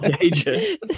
agent